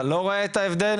אתה לא רואה את ההבדל?